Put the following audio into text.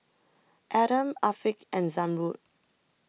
Adam Afiq and Zamrud